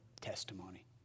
testimony